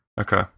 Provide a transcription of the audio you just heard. Okay